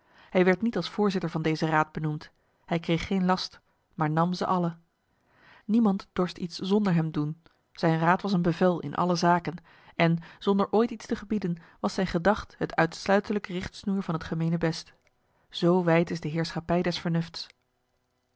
hij werd niet als voorzitter van deze raad benoemd hij kreeg geen last maar nam ze alle niemand dorst iets zonder hem doen zijn raad was een bevel in alle zaken en zonder ooit iets te gebieden was zijn gedacht het uitsluitelijk richtsnoer van het gemenebest zo wijd is de heerschappij des vernufts